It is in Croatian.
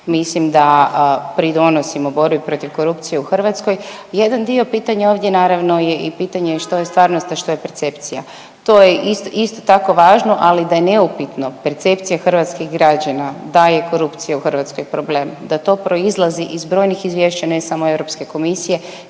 mislim da pridonosimo borbi protiv korupcije u Hrvatskoj. Jedan dio pitanja ovdje naravno je i pitanje što je stvarnost, a što je percepcija to je isto tako važno, ali da je neupitno percepcija hrvatskih građana da je korupcija u Hrvatskoj problem, da proizlazi iz brojnih izvješća ne samo Europske komisije